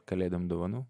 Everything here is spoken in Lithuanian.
kalėdom dovanų